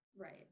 Right